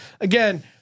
Again